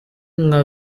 nka